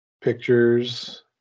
pictures